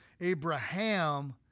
Abraham